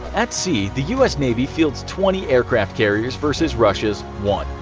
at sea the us navy fields twenty aircraft carriers versus russia's one,